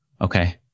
Okay